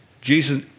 Jesus